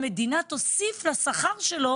המדינה תוסיף לשכר שלו